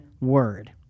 word